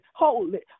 holy